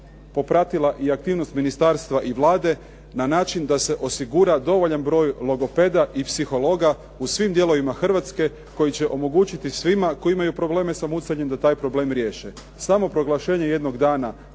popratila aktivnost ministarstva i Vlade na način da se osigura dovoljan broj logopeda i psihologa u svim dijelovima Hrvatske koji će omogućiti svima koji imaju probleme sa mucanje, da taj problem riješe. Samo proglašenje jednog dana,